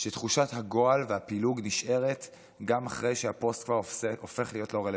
שתחושת הגועל והפילוג נשארת גם אחרי שהפוסט הופך להיות לא רלוונטי,